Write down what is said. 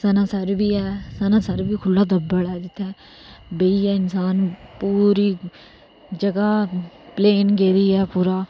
सनासर बी ऐ खुल्ला दब्बड़ ऐ जित्थै बेहियै इंसान जगह प्लेन गेदी ऐ पूरा